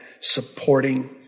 supporting